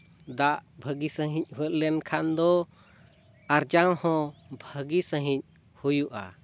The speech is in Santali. ᱫᱟᱜ ᱵᱷᱟᱹᱜᱤ ᱥᱟᱺᱦᱤᱡ ᱦᱮᱡ ᱞᱮᱱ ᱠᱷᱟᱱ ᱫᱚ ᱟᱨᱡᱟᱣ ᱦᱚᱸ ᱵᱷᱟᱹᱜᱤ ᱥᱟᱺᱦᱤᱡ ᱦᱩᱭᱩᱜᱼᱟ